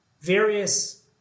various